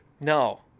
No